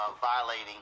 violating